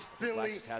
Billy